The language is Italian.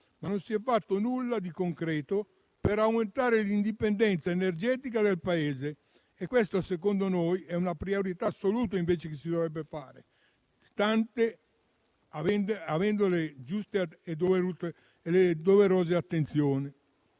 ma non si è fatto nulla di concreto per aumentare l'indipendenza energetica del Paese. Questa secondo noi è una priorità assoluta che si dovrebbe perseguire, avendo le giuste e doverose attenzioni,